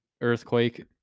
earthquake